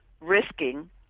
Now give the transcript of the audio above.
Risking